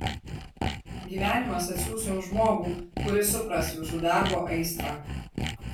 gyvenimas atsiųs jums žmogų kuris supras jūsų darbo aistrą